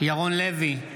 ירון לוי,